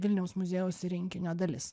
vilniaus muziejaus rinkinio dalis